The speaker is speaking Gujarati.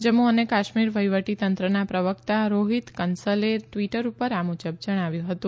જમ્મુ અને કાશ્મીર વહીવટીતંત્રના પ્રવકતા રોહિત કંસલે ટવીટર ઉપર આ મુજબ જણાવ્યું હતું